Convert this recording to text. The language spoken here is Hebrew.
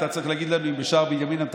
אתה צריך להגיד לנו אם בשער בנימין אתה